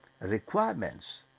requirements